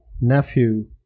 nephew